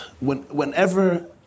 whenever